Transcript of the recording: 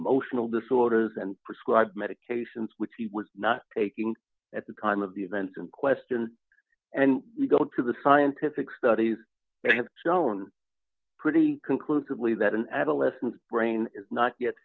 emotional disorders and prescribe medications which he was not taking at the time of the events in question and we go to the scientific studies that have shown pretty conclusively that an adolescent brain is not yet